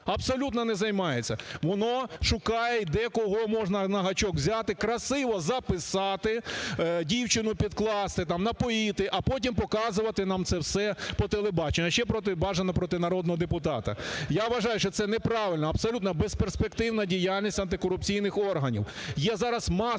абсолютно не займається. Воно шукає, де, кого можна на гачок взяти, красиво записати, дівчину підкласти, там напоїти, а потім показувати нам це все по телебаченню. А ще бажано проти народного депутата. Я вважаю, що це неправильно, абсолютно безперспективна діяльність антикорупційних органів.